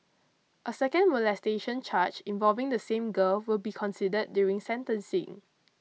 a second molestation charge involving the same girl will be considered during sentencing